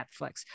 Netflix